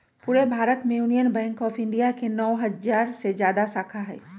पूरे भारत में Union Bank of India के नौ हजार से जादा शाखा हई